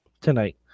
tonight